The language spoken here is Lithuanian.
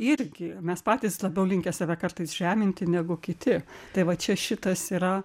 irgi mes patys labiau linkę save kartais žeminti negu kiti tai va čia šitas yra